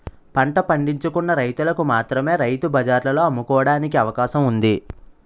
పంట పండించుకున్న రైతులకు మాత్రమే రైతు బజార్లలో అమ్ముకోవడానికి అవకాశం ఉంది